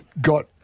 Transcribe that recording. got